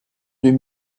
deux